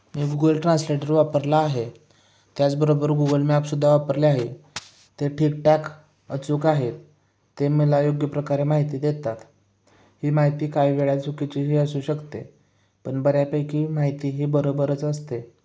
मी Google translator वापरला आहे त्याचबरोबर गुगल मॅपसुद्धा वापरले आहे ते ठीकठाक अचूक आहेत ते मला योग्य प्रकारे माहिती देतात ही माहिती काही वेळा चुकीचीही असू शकते पण बऱ्यापैकी माहिती ही बरोबरच असते